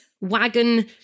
Wagon